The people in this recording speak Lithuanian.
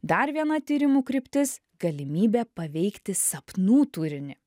dar viena tyrimų kryptis galimybė paveikti sapnų turinį